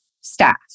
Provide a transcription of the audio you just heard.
staff